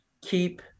keep